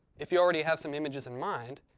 if you already have some images in mind,